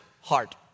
heart